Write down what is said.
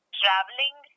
traveling